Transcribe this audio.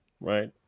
Right